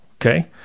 Okay